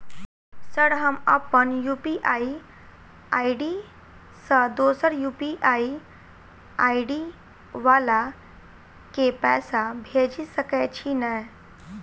Sir हम अप्पन UPI ID सँ दोसर यु.पी.आई आई.डी वला केँ पैसा भेजि सकै छी नै?